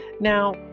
Now